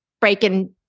breaking